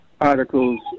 articles